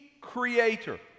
creator